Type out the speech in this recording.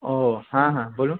ও হ্যাঁ হ্যাঁ বলুন